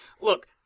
Look